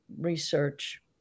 research